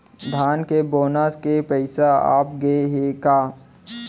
धान के बोनस के पइसा आप गे हे का?